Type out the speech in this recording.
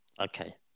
Okay